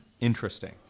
interesting